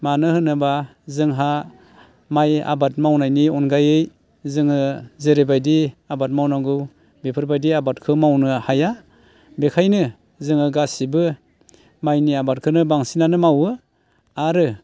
मानो होनोबा जोंहा माइ आबाद मावनायनि अनगायै जोङो जेरैबायदि आबाद मावनांगौ बेफोरबायदि आबादखौ मावनो हाया बेनिखायनो जोङो गासैबो माइनि आबादखौनो बांसिनानो मावो आरो